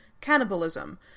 cannibalism